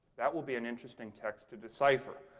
that will be an interesting text to decipher.